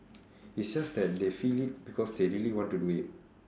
it's just that they feel it because they really want to do it